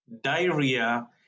diarrhea